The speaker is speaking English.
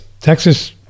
Texas